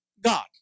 God